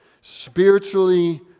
Spiritually